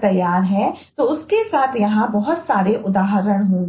तैयार है तो उसके साथ यहां बहुत सारे उदाहरण होंगे